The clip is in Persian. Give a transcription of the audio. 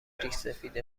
ریشسفید